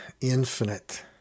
infinite